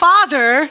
Father